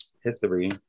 history